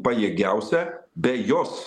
pajėgiausia be jos